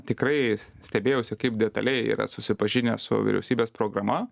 tikrai stebėjausi kaip detaliai yra susipažinę su vyriausybės programa